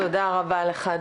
תודה רבה לך,